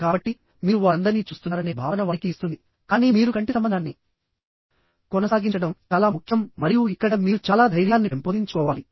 కాబట్టి మీరు వారందరినీ చూస్తున్నారనే భావన వారికి ఇస్తుంది కానీ మీరు కంటి సంబంధాన్ని కొనసాగించడం చాలా ముఖ్యం మరియు ఇక్కడ మీరు చాలా ధైర్యాన్ని పెంపొందించుకోవాలి